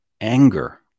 Anger